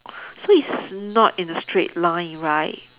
so it's not in a straight line right